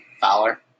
Fowler